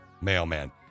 mailman